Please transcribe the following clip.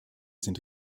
sind